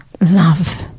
love